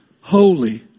holy